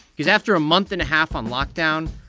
cause after a month and a half on lockdown,